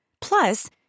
Plus